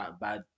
bad